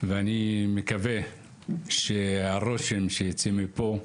ואני מקווה שהרושם שיוצאים מפה,